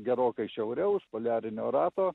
gerokai šiauriau už poliarinio rato